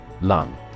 Lung